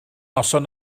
noson